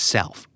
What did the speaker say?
Self